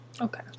Okay